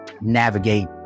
navigate